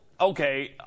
okay